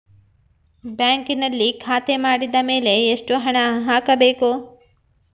ಬ್ಯಾಂಕಿನಲ್ಲಿ ಖಾತೆ ಮಾಡಿದ ಮೇಲೆ ಎಷ್ಟು ಹಣ ಹಾಕಬೇಕು?